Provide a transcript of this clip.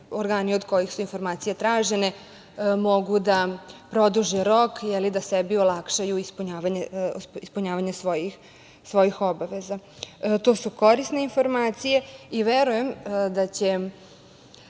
organi od kojih su informacije tražene mogu da produže rok ili da sebi olakšaju ispunjavanje svojih obaveza. To su korisne informacije i verujem da će